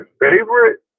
favorite